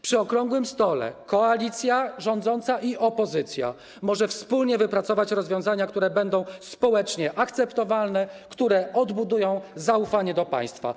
Przy okrągłym stole koalicja rządząca i opozycja mogą wspólnie wypracować rozwiązania, które będą społecznie akceptowalne, które odbudują zaufanie do państwa.